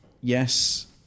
yes